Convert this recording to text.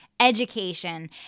Education